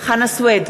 חנא סוייד,